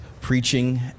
preaching